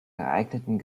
geeigneten